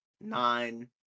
nine